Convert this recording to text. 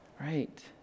right